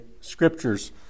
Scriptures